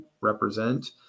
represent